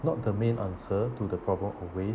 not the main answer to the problem of waste~